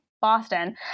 Boston